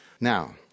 Now